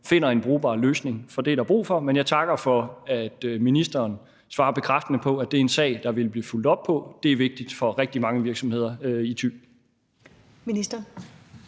finder en brugbar løsning. For det er der brug for. Men jeg takker for, at ministeren svarer bekræftende på, at det er en sag, der vil blive fulgt op på. Det er vigtigt for rigtig mange virksomheder i Thy.